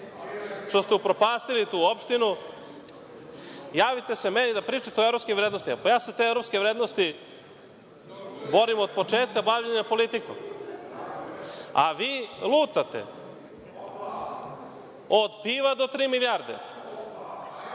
što ste upropastili tu opštinu. I javite se meni da pričate o evropskim vrednostima. Ja se za te evropske vrednosti borim od početka bavljenja politikom, a vi lutate, od piva do tri milijarde.